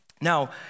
Now